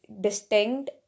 distinct